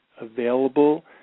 available